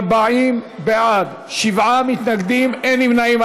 40 בעד, שבעה מתנגדים, אין נמנעים.